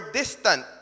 distant